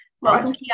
Welcome